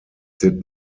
did